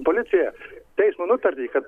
policija teismo nutartį kad